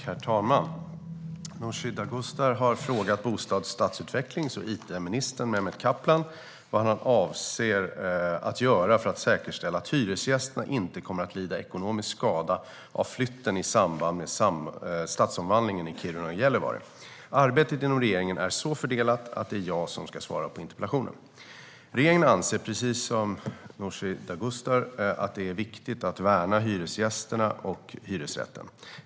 Herr talman! Nooshi Dadgostar har frågat bostads, stadsutvecklings och it ministern Mehmet Kaplan vad han avser att göra för att säkerställa att hyresgästerna inte kommer att lida ekonomisk skada av flytten i samband med stadsomvandlingen i Kiruna och Gällivare. Arbetet inom regeringen är så fördelat att det är jag som ska svara på interpellationen. Regeringen anser precis som Nooshi Dadgostar att det är viktigt att värna hyresgästerna och hyresrätten.